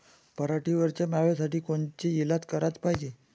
पराटीवरच्या माव्यासाठी कोनचे इलाज कराच पायजे?